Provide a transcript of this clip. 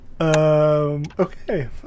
Okay